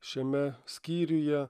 šiame skyriuje